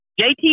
JT